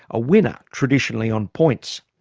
a winner, traditionally on points?